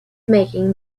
making